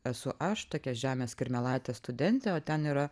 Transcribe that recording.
esu aš tokia žemės kirmėlaitė studentė o ten yra